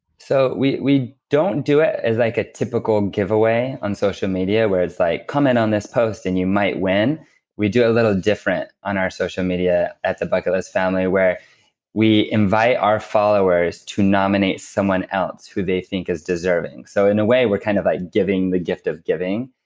so we we don't do it as like a typical giveaway on social media where it's like comment on this post and you might win. we do it a little different on our social media at the bucket list family where we invite our followers to nominate someone else who they think is deserving. so in a way, we're kind of giving the gift of giving.